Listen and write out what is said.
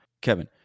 Kevin